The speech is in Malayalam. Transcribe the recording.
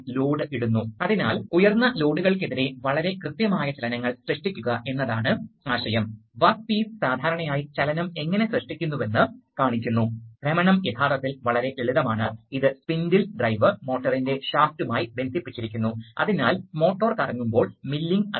മറുവശത്ത് സിലിണ്ടറിൽ നിന്ന് തിരികെ വരുമ്പോൾ അത് ഡിസിവിയിലേക്ക് പോകേണ്ട ആവശ്യമില്ല അത് പുറത്തുവിടുന്നു ഇത് കാണുക ഇത് അമർത്തും അതിനാൽ ഇത് അടയ്ക്കുകയും വായു യഥാർത്ഥത്തിൽ സിലിണ്ടറിൽ നിന്ന് അന്തരീക്ഷത്തിലേക്ക് ഒഴുകുകയും ചെയ്യും അതിനാൽ ഇത് പെട്ടെന്ന് തന്നെ തീർന്നുപോകും